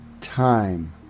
time